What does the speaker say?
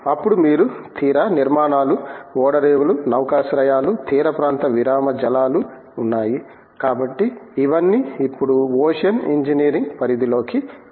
అప్పుడు మీకు తీర నిర్మాణాలు ఓడరేవులు నౌకాశ్రయాలు తీరప్రాంత విరామ జలాలు ఉన్నాయి కాబట్టి ఇవన్నీ ఇప్పుడు ఓషన్ ఇంజనీరింగ్ పరిధిలోకి వచ్చాయి